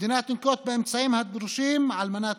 11. (א) "המדינה תנקוט באמצעים הדרושים על מנת